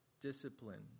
Discipline